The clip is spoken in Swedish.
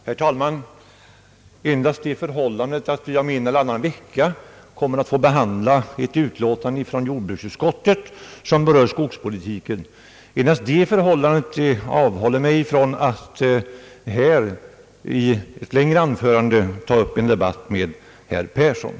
Herr talman! Endast det förhållandet att vi om en eller annan vecka kommer att behandla ett utlåtande från jordbruksutskottet som berör skogspolitiken avhåller mig från att här i ett längre anförande ta upp en debatt med herr Yngve Persson.